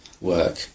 work